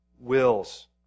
wills